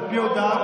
על פי הודעת,